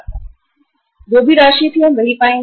हम जो भी राशि थी वही पाएंगे